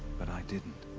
but i didn't.